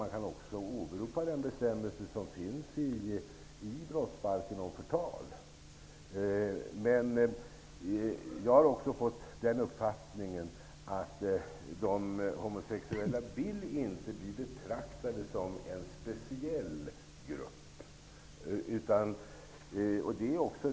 Man kan också åberopa den bestämmelse om förtal som finns i brottsbalken. Jag har också fått den uppfattningen att de homosexuella inte vill bli betraktade som en speciell grupp.